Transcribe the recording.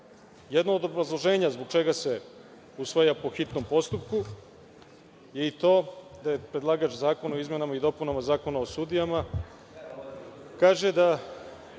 Jedno od obrazloženja zbog čega se usvaja po hitnom postupku je i to da je predlagač Zakona o izmenama i dopunama Zakona o sudijama, kaže da